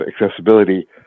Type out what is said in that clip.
accessibility